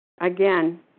again